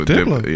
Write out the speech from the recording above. Diplo